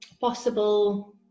possible